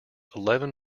eleven